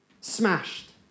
Smashed